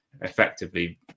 effectively